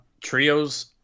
trio's